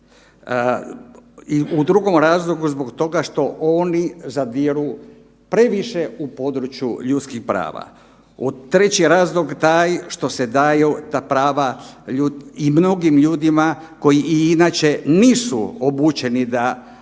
u drugom razlogu zbog toga što oni zadiru previše u područje ljudskih prava. Treći razlog taj što se daju ta prava i mnogim ljudima koji i inače nisu obučeni da takvim